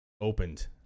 opened